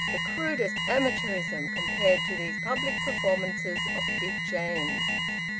the crudest amateurism, compared to these public performances of big james's.